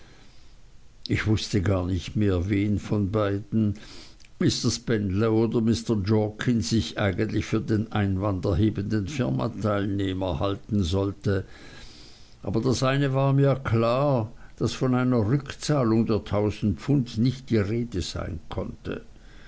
ich wußte gar nicht mehr wen von beiden mr spenlow oder mr jorkins ich eigentlich für den einwand erhebenden firmateilhaber halten sollte aber das eine war mir klar daß von einer rückzahlung der tausend pfund nicht die rede sein konnte